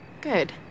Good